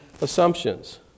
assumptions